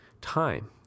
time